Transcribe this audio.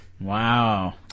Wow